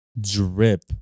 drip